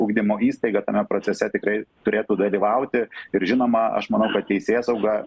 ugdymo įstaiga tame procese tikrai turėtų dalyvauti ir žinoma aš manau kad teisėsauga